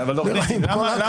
לא רק